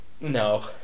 No